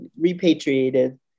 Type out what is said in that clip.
repatriated